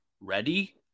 ready